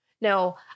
No